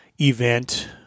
event